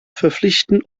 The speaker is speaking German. verpflichten